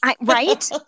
right